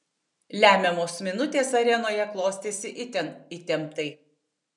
lemiamos minutės arenoje klostėsi itin įtemptai